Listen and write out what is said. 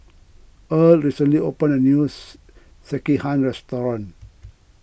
Erle recently opened a new Sekihan restaurant